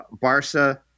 Barca